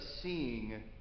seeing